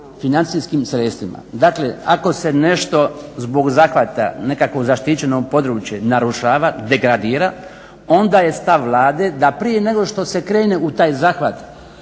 financijskim sredstvima. Dakle, ako se nešto zbog zahvata nekakvog zaštićenog područja narušava, degradira onda je stav Vlade da prije nego što se kad krene u taj zahvat